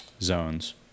zones